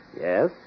Yes